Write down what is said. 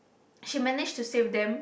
she managed to save them